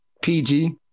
PG